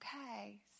okay